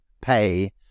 pay